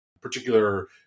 particular